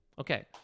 Okay